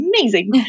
amazing